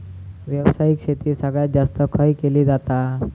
व्यावसायिक शेती सगळ्यात जास्त खय केली जाता?